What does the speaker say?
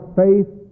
faith